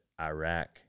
Iraq